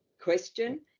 question